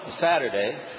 Saturday